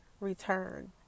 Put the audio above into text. return